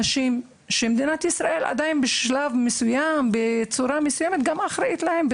אנשים שמדינת ישראל באיזה שהוא אופן אחראית גם עליהם.